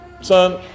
son